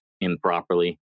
improperly